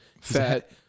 fat